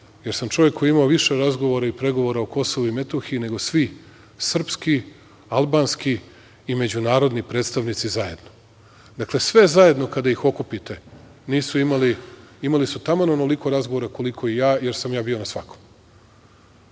jer sam čovek koji je imao više razgovora i pregovora o Kosovu i Metohiji, nego svi srpski, albanski i međunarodni predstavnici zajedno. Dakle, sve zajedno kada ih okupite nisu imali, imali su taman onoliko razgovora koliko i ja, jer sam ja bio na svakom.